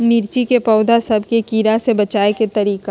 मिर्ची के पौधा सब के कीड़ा से बचाय के तरीका?